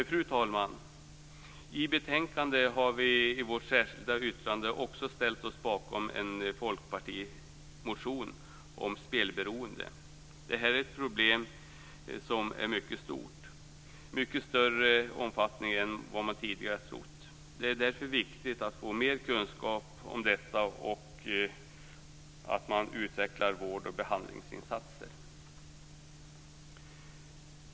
Fru talman! I vårt särskilda yttrande i betänkandet har vi ställt oss bakom en folkpartimotion om spelberoende. Det är ett mycket stort problem. Det har mycket större omfattning än man tidigare trott. Det är därför viktigt att man får mer kunskap om detta och utvecklar vård och behandlingsinsatser.